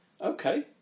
Okay